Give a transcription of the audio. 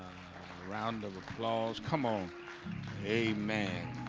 round of applause. come on a man